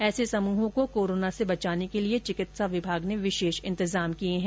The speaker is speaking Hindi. ऐसे समूहों को कोरोना से बचाने के लिए चिकित्सा विभाग ने विशेष इंतजाम किए हैं